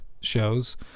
shows